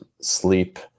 sleep